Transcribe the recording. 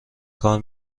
کار